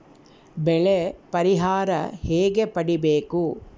ಬೆಳೆ ಪರಿಹಾರ ಹೇಗೆ ಪಡಿಬೇಕು?